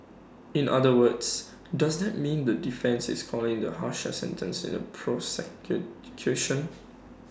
in other words does that mean that the defence is calling the harsher sentence prosecution